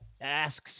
asks